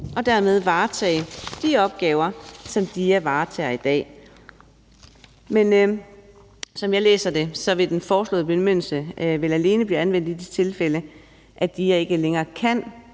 og dermed varetage de opgaver, som DIA varetager i dag. Men som jeg læser det, vil den foreslåede bemyndigelse alene blive anvendt i de tilfælde, hvor DIA ikke længere kan